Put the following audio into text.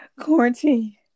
Quarantine